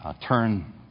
turn